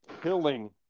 killing